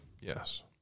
Yes